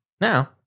Now